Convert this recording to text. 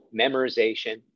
memorization